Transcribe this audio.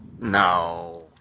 No